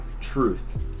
truth